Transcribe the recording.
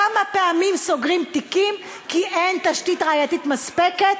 כמה פעמים סוגרים תיקים כי אין תשתית ראייתית מספקת?